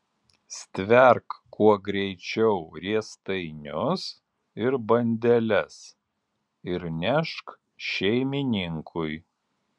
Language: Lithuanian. stverk kuo greičiau riestainius ir bandeles ir nešk šeimininkui